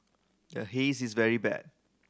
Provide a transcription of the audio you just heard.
the Haze is very bad